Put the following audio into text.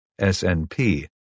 SNP